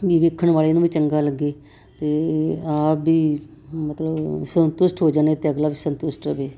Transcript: ਵੀ ਵੇਖਣ ਵਾਲੇ ਨੂੰ ਵੀ ਚੰਗਾ ਲੱਗੇ ਅਤੇ ਆਪ ਵੀ ਮਤਲਬ ਸੰਤੁਸ਼ਟ ਹੋ ਜਾਂਦੇ ਅਤੇ ਅਗਲਾ ਵੀ ਸੰਤੁਸ਼ਟ ਹੋਵੇ